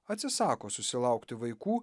atsisako susilaukti vaikų